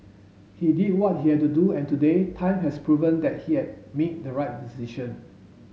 he did what he had to do and today time has proven that he had made the right decision